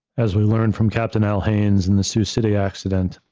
as we learned from captain al haynes in the sioux city accident?